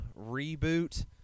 reboot